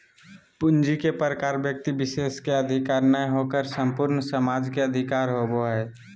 पूंजी के प्रकार व्यक्ति विशेष के अधिकार नय होकर संपूर्ण समाज के अधिकार होबो हइ